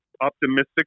optimistic